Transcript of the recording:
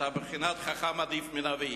אתה בבחינת חכם עדיף מנביא.